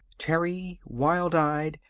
terry, wild-eyed,